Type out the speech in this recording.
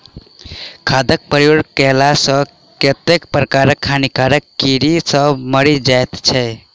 खादक प्रयोग कएला सॅ कतेको प्रकारक हानिकारक कीड़ी सभ मरि जाइत छै